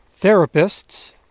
Therapists